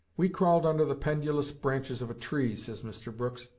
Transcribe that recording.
we crawled under the pendulous branches of a tree, says mr. brooks,